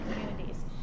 communities